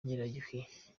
nyirayuhi